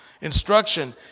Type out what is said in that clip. Instruction